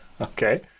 Okay